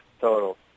total